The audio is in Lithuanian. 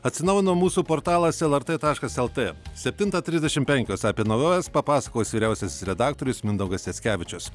atsinaujino mūsų portalas el er te taškas el tė septintą trisdešim penkios apie naujoves papasakos vyriausiasis redaktorius mindaugas jackevičius